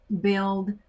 build